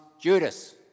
Judas